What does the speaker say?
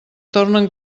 tornen